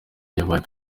yabaye